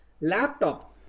laptop